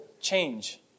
change